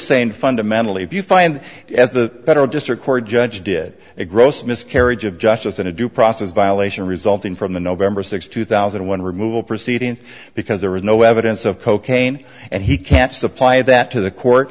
saying fundamentally if you find as the federal district court judge did a gross miscarriage of justice in a due process violation resulting from the november sixth two thousand and one removal proceedings because there was no evidence of cocaine and he can't supply that to the court